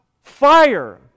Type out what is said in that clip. fire